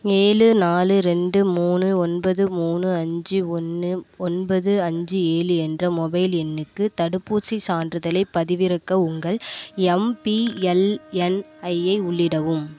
ஏழு நாலு ரெண்டு மூணு ஒன்பது மூணு அஞ்சு ஒன்று ஒன்பது அஞ்சு ஏழு என்ற மொபைல் எண்ணுக்கு தடுப்பூசிச் சான்றிதலைப் பதிவிறக்க உங்கள் எம்பிஎல்என்ஐயை உள்ளிடவும்